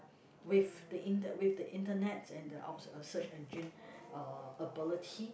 with the inter~ with the internets and the out uh search engine uh ability